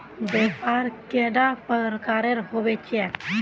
व्यापार कैडा प्रकारेर होबे चेक?